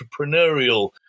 entrepreneurial